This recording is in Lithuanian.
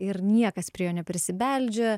ir niekas prie jo neprisibeldžia